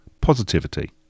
Positivity